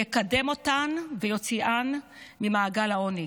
יקדם אותן ויוציאן ממעגל העוני.